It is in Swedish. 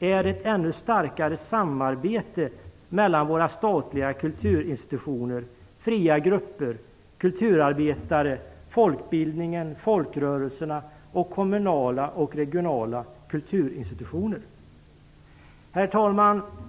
är ett ännu starkare samarbete mellan våra statliga kulturinstitutioner, fria grupper, kulturarbetare, folkbildning, folkrörelser och kommunala och regionala kulturinstitutioner. Herr talman!